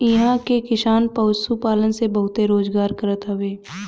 इहां के किसान पशुपालन से बहुते रोजगार करत हवे